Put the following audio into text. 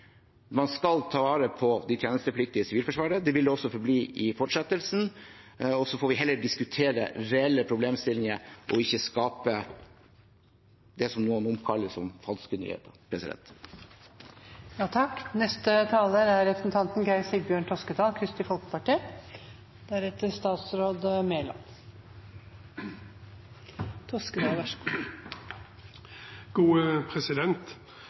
Man skal ta vare på de tjenestepliktige i Sivilforsvaret, og slik vil det også forbli i fortsettelsen. Så får vi heller diskutere reelle problemstillinger og ikke skape det som noen nå kaller «falske nyheter».